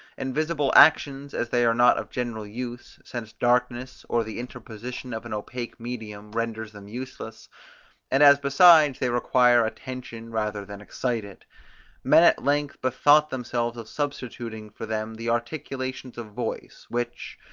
and visible actions as they are not of general use, since darkness or the interposition of an opaque medium renders them useless and as besides they require attention rather than excite it men at length bethought themselves of substituting for them the articulations of voice, which,